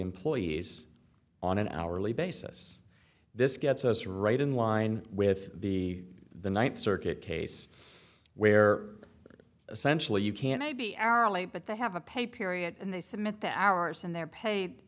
employees on an hourly basis this gets us right in line with the the ninth circuit case where essentially you can maybe airily but they have a paper area and they submit the hours and they're paid